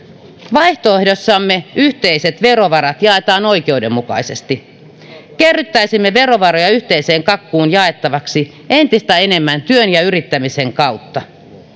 vaihtoehdossamme yhteiset verovarat jaetaan oikeudenmukaisesti kerryttäisimme verovaroja yhteiseen kakkuun jaettavaksi entistä enemmän työn ja yrittämisen kautta